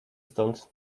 stąd